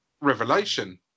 revelation